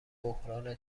بحران